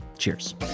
Cheers